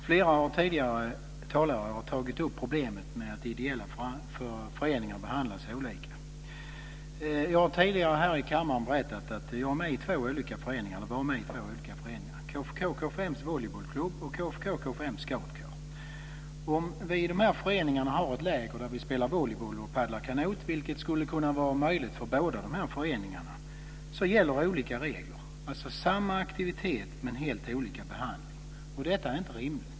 Fru talman! Flera tidigare talare har tagit upp problemet med att ideella föreningar behandlas olika. Jag har tidigare i denna kammare berättat att jag varit med i två olika föreningar, KFUK-KFUM:s volleybollklubb och KFUK-KFUM:s scoutkår. Om vi i de föreningarna har ett läger där vi spelar volleyboll och paddlar kanot, vilket skulle kunna vara möjligt för båda föreningarna, gäller olika regler - alltså samma aktivitet men helt olika behandling. Detta är inte rimligt.